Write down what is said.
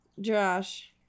Josh